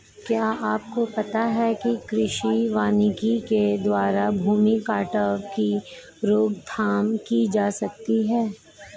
क्या आपको पता है कृषि वानिकी के द्वारा भूमि कटाव की रोकथाम की जा सकती है?